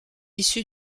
issu